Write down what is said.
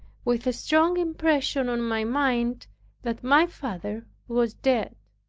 with a strong impression on my mind that my father was dead.